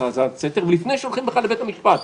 האזנת סתר ולפני שהולכים בכלל לבית משפט.